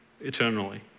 eternally